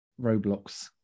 Roblox